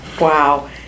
Wow